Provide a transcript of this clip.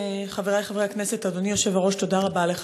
חברי חברי הכנסת, אדוני היושב-ראש, תודה רבה לך.